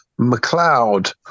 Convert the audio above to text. McLeod